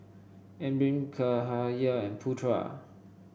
Amrin Cahaya and Putra